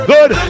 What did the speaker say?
Good